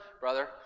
Brother